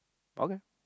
okay